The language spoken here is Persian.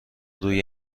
روی